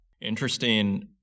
Interesting